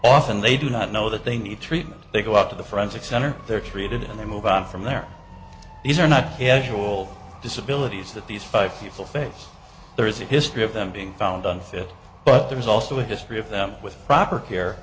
often they do not know that they need treatment they go out to the forensic center they're treated and they move on from there these are not here to all disabilities that these five people face there is a history of them being found unfit but there is also a history of them with proper care